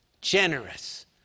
generous